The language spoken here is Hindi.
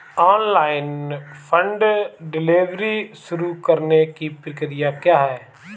ऑनलाइन फूड डिलीवरी शुरू करने की प्रक्रिया क्या है?